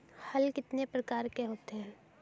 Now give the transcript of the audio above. हल कितने प्रकार के होते हैं?